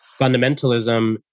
fundamentalism